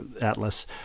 atlas –